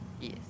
Yes